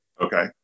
Okay